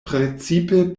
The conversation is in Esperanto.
precipe